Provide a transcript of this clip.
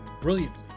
brilliantly